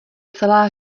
celá